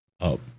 up